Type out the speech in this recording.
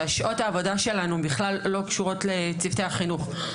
ששעות העבודה שלנו בכלל לא קשורות לצוותי החינוך,